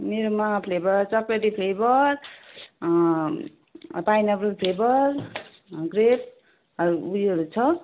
मेरोमा फ्लेभर चक्लेटी flavour pineapple flavour grape उयोहरू छ